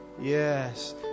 Yes